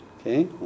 Okay